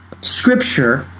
Scripture